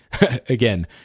again